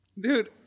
Dude